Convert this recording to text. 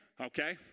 Okay